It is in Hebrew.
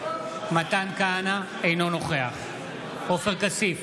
אינו נוכח עופר כסיף,